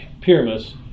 Pyramus